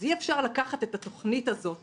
אז אי-אפשר לקחת את התוכנית הזאת ולבקש,